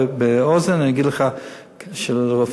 באוזן אגיד לך שמות של רופאים.